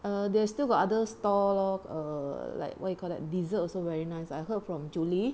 err there's still got other stall lor err like what you call that dessert also very nice I heard from julie